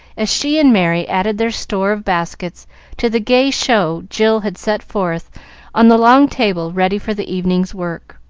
as she and merry added their store of baskets to the gay show jill had set forth on the long table ready for the evening's work.